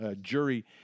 jury